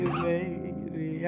baby